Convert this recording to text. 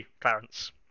Clarence